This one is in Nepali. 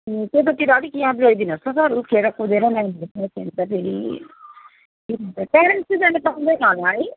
त्यतातिर अलिक याद गरिदिनु होस् ल सर उफ्रिएर कुदेर फेरि प्यारेन्ट्स चाहिँ जान पाउँदैन होला है